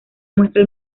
muestra